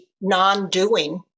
non-doing